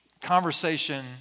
conversation